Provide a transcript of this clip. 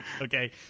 okay